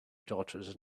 daughters